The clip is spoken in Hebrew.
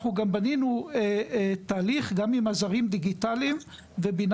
אנחנו גם בנינו תהליך גם עם עזרים דיגיטליים ובינה